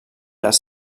les